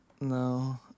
No